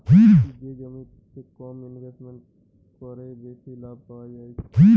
যে জমিতে কম ইনভেস্ট কোরে বেশি লাভ পায়া যাচ্ছে